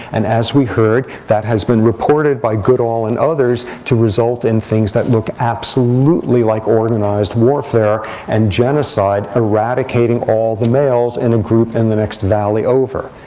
and as we heard, that has been reported by goodall and others to result in things that look absolutely like organized warfare and genocide, eradicating all the males in a group in the next valley over,